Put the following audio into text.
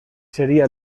seria